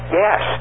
yes